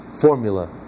formula